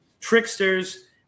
Tricksters